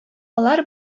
алар